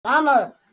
Mama